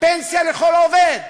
פנסיה לכל עובד,